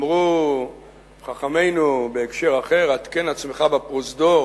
אמרו חכמינו בהקשר אחר: התקן עצמך בפרוזדור